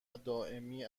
دائمی